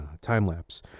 time-lapse